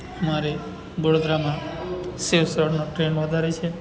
અમારે વડોદરામાં સેવ ઊસળનો ટ્રેન્ડ વધારે છે